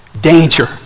danger